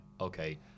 okay